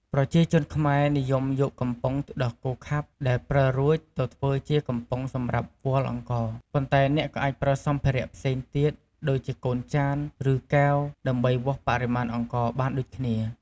ប្រជាជនខ្មែរ និយមយកកំប៉ុងទឹកដោះគោខាប់ដែលប្រើរួចទៅធ្វើជាកំប៉ុងសម្រាប់វាល់អង្ករ ប៉ុន្តែអ្នកក៏អាចប្រើសម្ភារៈផ្សេងទៀត ដូចជា កូនចាន ឬ កែវ ដើម្បីវាស់បរិមាណអង្ករបានដូចគ្នា។